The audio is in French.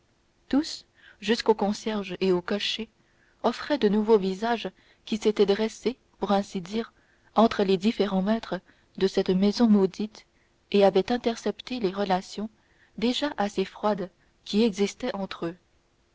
tous jusqu'au concierge et au cocher offraient de nouveaux visages qui s'étaient dressés pour ainsi dire entre les différents maîtres de cette maison maudite et avaient intercepté les relations déjà assez froides qui existaient entre eux